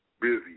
busy